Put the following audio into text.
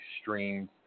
streams